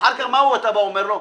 מה אתה בא ואומר לו?